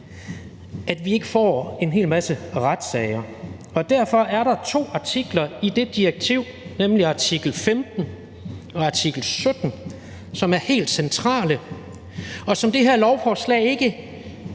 at vi ikke får en hel masse retssager. Derfor er der to artikler i det direktiv, nemlig artikel 15 og artikel 17, som er helt centrale, og som det her lovforslag ikke